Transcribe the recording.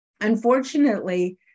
unfortunately